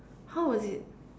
how was it